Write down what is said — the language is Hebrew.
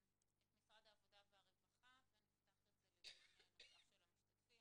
משרד העבודה והרווחה ונפתח את זה לדיון נוסף של המשתתפים,